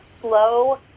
slow